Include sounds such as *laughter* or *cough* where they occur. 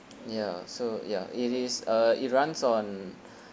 ya so ya it is uh it runs on *breath*